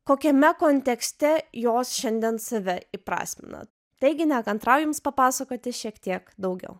kokiame kontekste jos šiandien save įprasmina taigi nekantraujame papasakoti šiek tiek daugiau